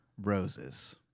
Roses